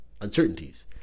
uncertainties